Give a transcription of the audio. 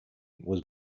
was